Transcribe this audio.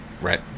Right